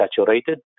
saturated